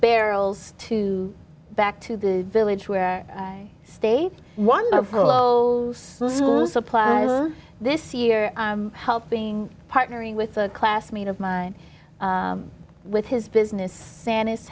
barrels to back to the village where i stayed wonderful supplies this year helping partnering with a classmate of mine with his business san